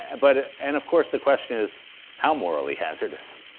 but ah and of course the question is how morally hazardous?